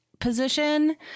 position